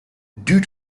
due